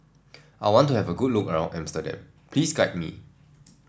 I want to have a good look around Amsterdam please guide me